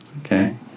Okay